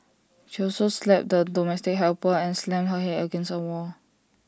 she also slapped the domestic helper and slammed her Head against A wall